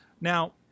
Now